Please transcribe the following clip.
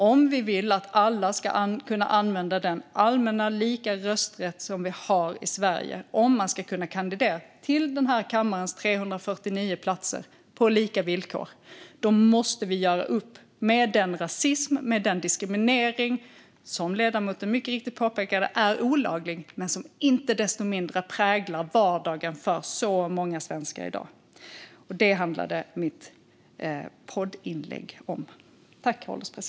Om vi vill att alla ska kunna använda den allmänna och lika rösträtten som vi har i Sverige och om man på lika villkor ska kunna kandidera till den här kammarens 349 platser måste vi göra upp med den rasism och diskriminering som ledamoten mycket riktigt påpekade är olaglig men som inte desto mindre präglar vardagen för så många svenskar i dag. Det var vad mitt poddinlägg handlade om.